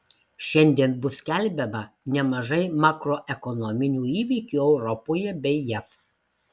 šiandien bus skelbiama nemažai makroekonominių įvykių europoje bei jav